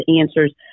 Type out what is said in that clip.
answers